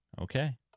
Okay